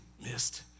Missed